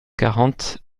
quarante